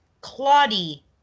Claudie